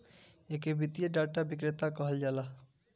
एके वित्तीय डाटा विक्रेता कहल जाला